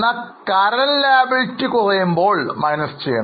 എന്നാൽ Current Liabilities കുറയുന്നത് കുറയ്ക്കും